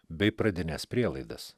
bei pradines prielaidas